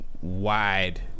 wide